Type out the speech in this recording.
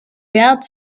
wert